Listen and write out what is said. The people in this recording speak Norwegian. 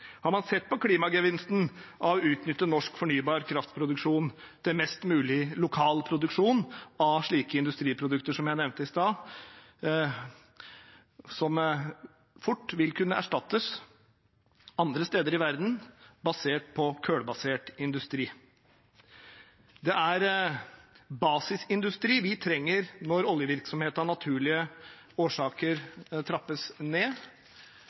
Har man sett på klimagevinsten av å utnytte norsk fornybar kraftproduksjon til mest mulig lokal produksjon av slike industriprodukter som jeg nevnte i sted, som fort vil kunne erstattes andre steder i verden basert på kullbasert industri? Det er basisindustri vi trenger når oljevirksomheten av naturlige årsaker trappes ned.